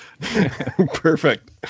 Perfect